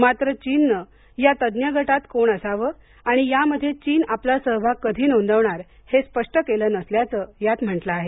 मात्र चीननं या तज्ञ गटांत कोण असावं आणि यामध्ये चीन आपला सहभाग कधी नोंदवणार हे स्पष्ट केलं नसल्याचं यामध्ये म्हटलं आहे